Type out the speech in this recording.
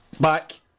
back